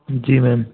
जी ma'am